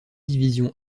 division